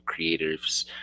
creatives